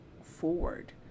forward